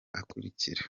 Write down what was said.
akurikira